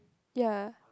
ya